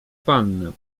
pannę